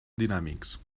dinàmics